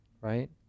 right